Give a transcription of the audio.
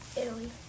Italy